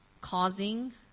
causing